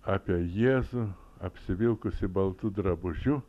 apie jėzų apsivilkusi baltu drabužiu